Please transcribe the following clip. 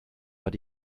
but